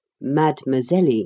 Mademoiselle